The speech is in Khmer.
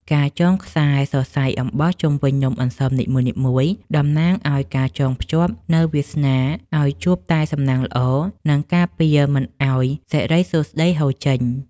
ការចងខ្សែសរសៃអំបោះជុំវិញនំអន្សមនីមួយៗតំណាងឱ្យការចងភ្ជាប់នូវវាសនាឱ្យជួបតែសំណាងល្អ និង ការពារមិនឱ្យសិរីសួស្ដីហូរចេញ។